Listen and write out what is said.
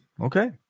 Okay